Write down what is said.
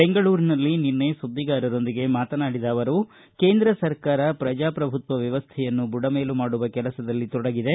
ಬೆಂಗಳೂರಿನಲ್ಲಿ ನಿನ್ನೆ ಸುದ್ದಿಗಾರರೊಂದಿಗೆ ಮಾತನಾಡಿದ ಅವರು ಕೇಂದ್ರ ಸರ್ಕಾರ ಪ್ರಜಾಪ್ರಭುತ್ವ ವ್ಯವಸ್ಥೆಯನ್ನು ಬುಡಮೇಲು ಮಾಡುವ ಕೆಲಸದಲ್ಲಿ ತೊಡಗಿದೆ